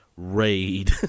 raid